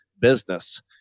business